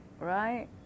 right